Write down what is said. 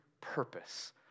purpose